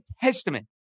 testament